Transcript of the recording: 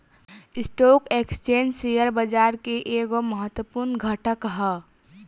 stock exchange share बाजार के एगो महत्वपूर्ण घटक ह